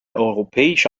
europäische